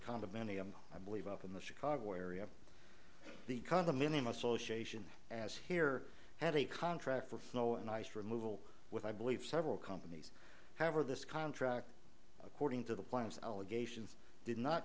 condominium i believe up in the chicago area the condominium association as here had a contract for flow and ice removal with i believe several companies however this contract according to the plans allegations did not